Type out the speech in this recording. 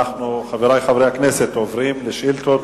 אנחנו עוברים לשאילתות